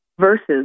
versus